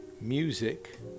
music